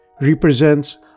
represents